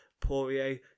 Poirier